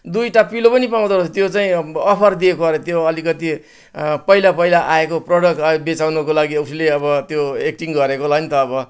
दुईवटा पिलो पनि पाउँदो रहेछ त्यो चाहिँ अफर दिएको अरे त्यो अलिकति पहिला पहिला आएको प्रडक्टहरू बेचाउँनुको लागि उसले अब त्यो एक्टिङ गरेको होला नि त अब